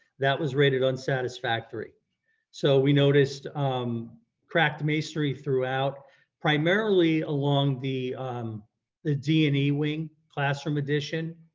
that was rated unsatisfactory. so we noticed um cracked masonry throughout primarily along the um the d and e wing classroom addition.